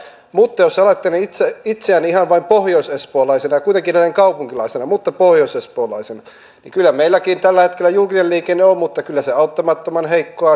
mutta jos ajattelen itseäni ihan pohjoisespoolaisena kuitenkin näin kaupunkilaisena mutta pohjoisespoolaisena niin kyllä meilläkin tällä hetkellä julkinen liikenne on mutta kyllä se auttamattoman heikkoa on